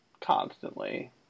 constantly